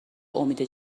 امید